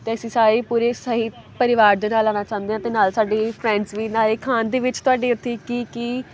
ਅਤੇ ਅਸੀਂ ਸਾਰੀ ਪੂਰੀ ਸਹੀ ਪਰਿਵਾਰ ਦੇ ਨਾਲ ਆਉਣਾ ਚਾਹੁੰਦੇ ਹਾਂ ਅਤੇ ਨਾਲ ਸਾਡੀ ਫਰੈਂਡਸ ਵੀ ਨਾਲੇ ਖਾਣ ਦੇ ਵਿੱਚ ਤੁਹਾਡੇ ਉੱਥੇ ਕੀ ਕੀ